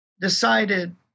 decided